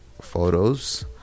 photos